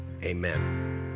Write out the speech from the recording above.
Amen